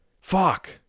Fuck